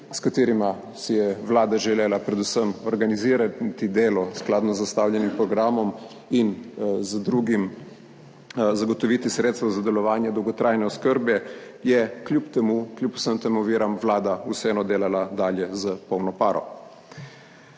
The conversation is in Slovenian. s katerima si je vlada želela predvsem organizirati delo skladno z zastavljenim programom in zagotoviti sredstva za delovanje dolgotrajne oskrbe, je kljub vsem tem oviram vlada vseeno delala dalje s polno paro.